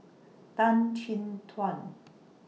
Tan Chin Tuan